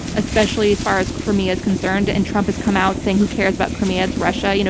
especially as far as crimea is concerned, and trump has come out saying, who cares about crimea? it's russia. you know